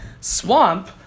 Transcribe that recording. Swamp